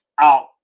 out